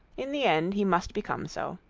in the end he must become so.